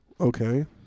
Okay